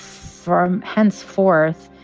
from henceforth,